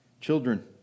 children